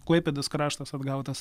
klaipėdos kraštas atgautas